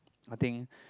I think